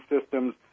systems